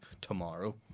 tomorrow